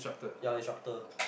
ya instructor